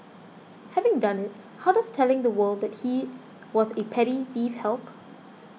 having done it how does telling the world that he was a petty thief help